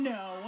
no